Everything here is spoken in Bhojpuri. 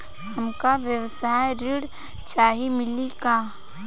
हमका व्यवसाय ऋण चाही मिली का?